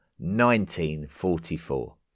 1944